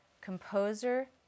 composer